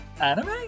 Anime